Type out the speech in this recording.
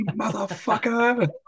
motherfucker